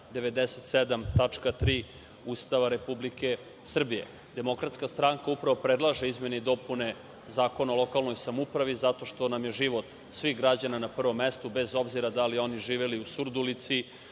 3. Ustava Republike Srbije. Demokratska stranka upravo predlaže o izmeni dopune Zakona o lokalnoj samoupravi, zato što nam je život svih građana na prvom mestu bez obzira da li oni žive u Surdulici